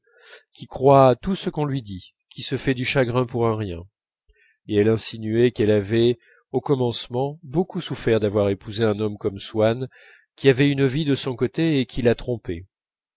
qui croit tout ce qu'on lui dit qui se fait du chagrin pour un rien et elle insinuait qu'elle avait au commencement beaucoup souffert d'avoir épousé un homme comme swann qui avait une vie de son côté et